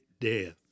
death